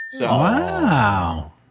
Wow